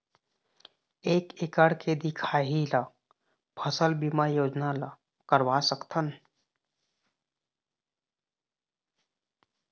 एक एकड़ के दिखाही ला फसल बीमा योजना ला करवा सकथन?